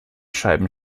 scheiben